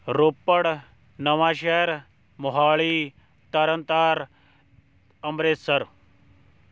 Ropar Nawanshahr Mohali Tarn Taran Amritsar